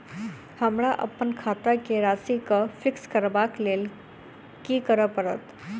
हमरा अप्पन खाता केँ राशि कऽ फिक्स करबाक लेल की करऽ पड़त?